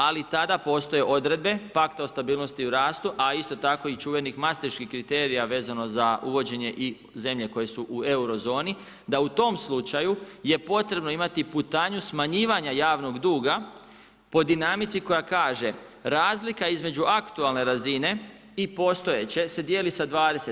Ali i tada postoje odredbe pakta o stabilnosti i rastu a isto tako i čuvenih mastriških kriterija vezano za uvođenje i zemlje koje su u eurozoni da u tom slučaju je potrebno imati putanju smanjivanja javnog duga po dinamici koja kaže razlika između aktualne razine i postojeće se dijeli sa 20.